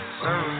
sir